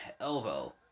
elbow